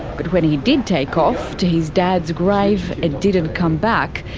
but when he did take off to his dad's grave and didn't come back,